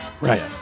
right